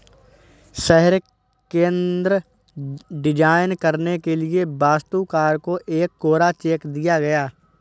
शहर केंद्र डिजाइन करने के लिए वास्तुकार को एक कोरा चेक दिया गया